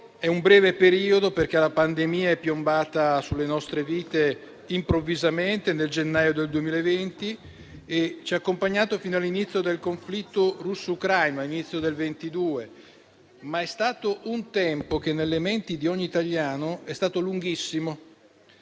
è un breve periodo, perché la pandemia è piombata sulle nostre vite improvvisamente, nel gennaio 2020, e ci ha accompagnato fino all'inizio del conflitto russo-ucraino all'inizio del 2022. Ma quel tempo, nella mente di ogni italiano, è stato lunghissimo,